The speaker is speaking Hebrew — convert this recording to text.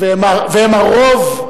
והם הרוב.